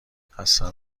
اصلا